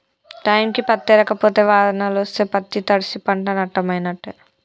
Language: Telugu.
టైంకి పత్తేరక పోతే వానలొస్తే పత్తి తడ్సి పంట నట్టమైనట్టే